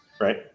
Right